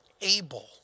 able